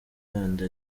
yandi